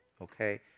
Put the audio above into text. okay